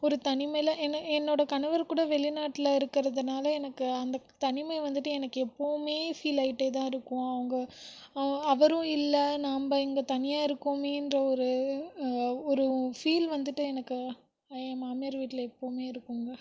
ஒரு தனிமையில் என்னை என்னோட கணவர் கூட வெளிநாட்டில் இருக்கிறதுனால எனக்கு அந்த தனிமை வந்துட்டு எனக்கு எப்பவுமே ஃபீல் ஆகிட்டேதான் இருக்கும் அங்கே அவரும் இல்லை நம்ம இங்கே தனியாக இருக்கோமேகிற ஒரு ஒரு ஃபீல் வந்துட்டு எனக்கு என் மாமியார் வீட்டில் எப்பவுமே இருக்கும்